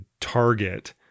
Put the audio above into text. target